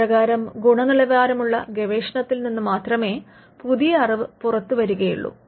അപ്രകാരം ഗുണനിലവാരമുള്ള ഗവേഷണത്തിൽ നിന്ന് മാത്രമേ പുതിയ അറിവ് പുറത്തുവരികയുള്ളു